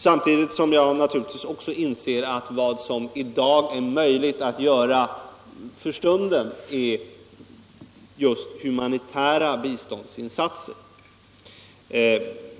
Samtidigt inser jag naturligtvis att vad som är möjligt att göra för stunden är just humanitära biståndsinsatser.